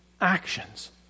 actions